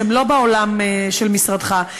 שהם לא בעולם של משרדך,